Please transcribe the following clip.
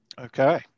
Okay